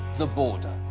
the border,